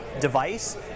device